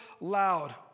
loud